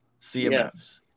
CMFs